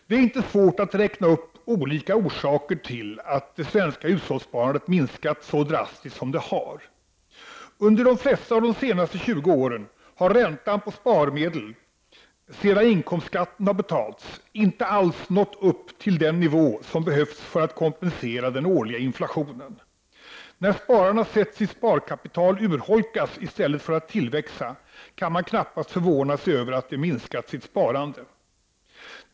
Det är inte svårt att räkna upp olika orsaker till att det svenska hushållssparandet minskat så drastiskt som det har. Under de flesta av de senaste 20 åren har räntan på sparade medel, sedan inkomstskatten har betalats, inte alls nått upp till den nivå som behövts för att kompensera den årliga inflationen! När spararna sett sitt sparkapital urholkas i stället för att tillväxa, kan man knappast förvåna sig över att de minskat sitt sparande.